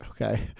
okay